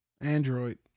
Android